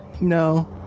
No